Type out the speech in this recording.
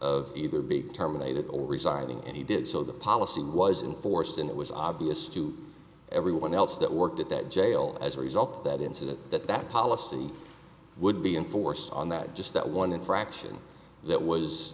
of either be terminated or resigning and he did so the policy was in force and it was obvious to everyone else that worked at that jail as a result of that incident that that policy would be enforced on that just that one infraction that was